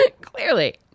clearly